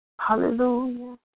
Hallelujah